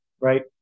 right